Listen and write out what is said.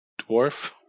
dwarf